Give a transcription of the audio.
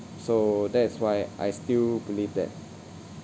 so that is why I still believe that